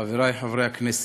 חברי חברי הכנסת,